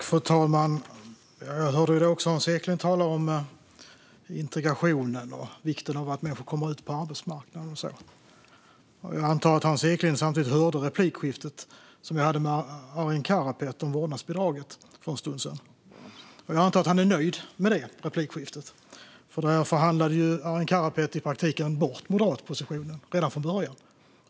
Fru talman! Jag hörde att Hans Eklind talade om integration och vikten av att människor kommer ut på arbetsmarknaden. Jag antar att Hans Eklind även hörde replikskiftet som jag hade med Arin Karapet om vårdnadsbidraget för en stund sedan. Jag antar att han är nöjd med det replikskiftet, för där förhandlade Arin Karapet i praktiken bort den moderata positionen redan från början.